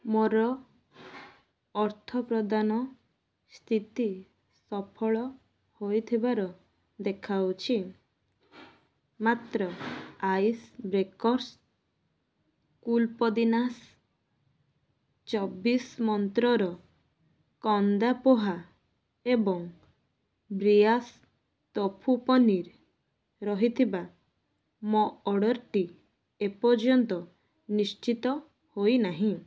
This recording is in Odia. ମୋର ଅର୍ଥପ୍ରଦାନ ସ୍ଥିତି ସଫଳ ହେଇଥିବାର ଦେଖାଉଛି ମାତ୍ର ଆଇସ୍ ବ୍ରେକର୍ସ କୁଲ୍ ପୋଦିନାଶ୍ ଚବିଶ ମନ୍ତ୍ରର କନ୍ଦା ପୋହା ଏବଂ ବ୍ରୟାସ୍ ତୋଫୁ ପନିର୍ ରହିଥିବା ମୋ ଅର୍ଡ଼ର୍ଟି ଏପର୍ଯ୍ୟନ୍ତ ନିଶ୍ଚିତ ହେଇନାହିଁ